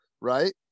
right